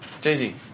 Jay-Z